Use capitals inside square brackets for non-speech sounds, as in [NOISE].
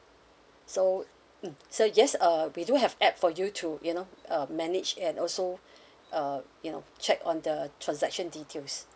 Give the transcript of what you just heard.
so mm so yes uh we do have app for you to you know um manage and also [BREATH] uh you know check on the transaction details